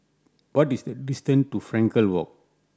what is the distance to Frankel Walk